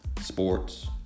sports